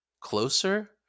closer